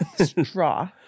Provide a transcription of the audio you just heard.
Straw